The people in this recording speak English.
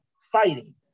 fighting